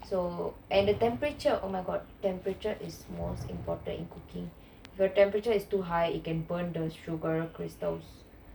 so and the temperature oh my god temperature is most important in cooking if the temperature is too high you can burn the sugar crystals